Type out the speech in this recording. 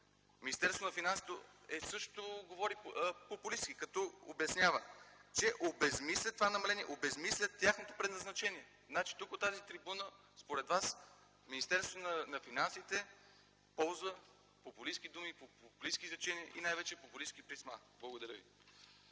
Министерството на финансите също говори популистки като обяснява: че обезсмисля това намаление, обезсмисля тяхното предназначение? Значи, тук от тази трибуна, според Вас, Министерството на финансите ползва популистки думи, популистки изречения и най-вече популистки писма. Благодаря.